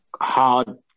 hard